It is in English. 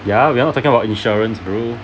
ya we are not talking about insurances bro